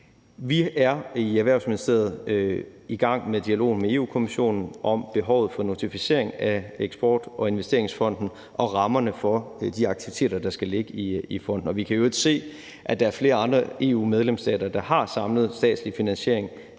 Vi er i Erhvervsministeriet i gang med dialogen med Europa-Kommissionen om behovet for notificering af Danmarks Eksport- og Investeringsfond og rammerne for de aktiviteter, der skal ligge i fonden. Vi kan i øvrigt se, at der er flere andre EU-medlemsstater, der har samlet den statslige finansiering